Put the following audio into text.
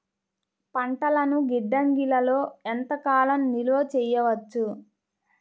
పంటలను గిడ్డంగిలలో ఎంత కాలం నిలవ చెయ్యవచ్చు?